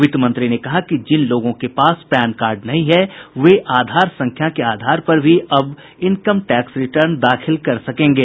वित्तमंत्री ने कहा कि जिन लोगों के पास पैन कार्ड नहीं है वे आधार संख्या के आधार पर भी इनकम टैक्स रिटर्न दाखिल कर सकेंगे